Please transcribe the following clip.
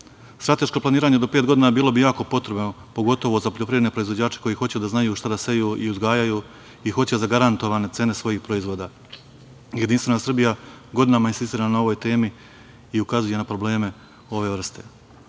Strateško planiranje do pet godina bilo bi jako potrebno pogotovo za poljoprivredne proizvođače koji hoće da znaju šta da seju i uzgajaju i hoće zagarantovane cene svojih proizvoda. Jedinstvena Srbija godinama insistira na ovoj temi i ukazuje na probleme ove